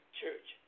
church